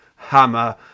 hammer